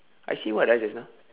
I say what ah just now